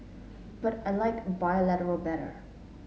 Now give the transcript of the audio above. but I like bilateral better